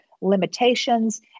limitations